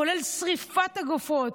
כולל שרפת הגופות,